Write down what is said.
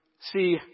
See